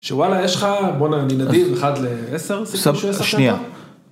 שוואלה יש לך... בואנה, אני נדיב, אחד לעשר סיכוי שישחק בה